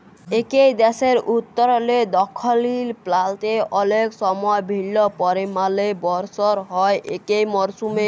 একই দ্যাশের উত্তরলে দখ্খিল পাল্তে অলেক সময় ভিল্ল্য পরিমালে বরসল হ্যয় একই মরসুমে